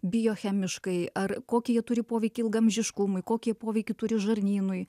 biochemiškai ar kokį jie turi poveikį ilgaamžiškumui kokį jie poveikį turi žarnynui